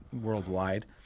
worldwide